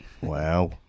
Wow